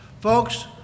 Folks